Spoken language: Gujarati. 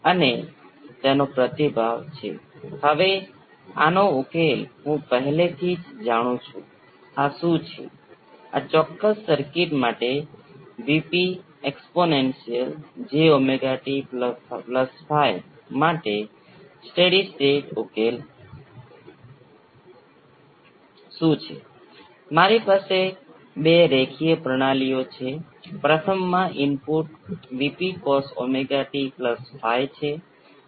અને આપણે જાણીએ છીએ કે આ પરિણામ પહેલાથી જ નેચરલ ફ્રિક્વન્સી ω n 1 વર્ગમૂળ LC પર અને ડેમ્પિંગ ફેક્ટર ઝેટા એ R બાય 2 વર્ગમૂળમાં C બાય L વૈકલ્પિક વ્યાખ્યા સાથે આ અચળ પણ ω n બાય Q અને Q એ 1 ઓવર R વર્ગમૂળમાં L બાય C છે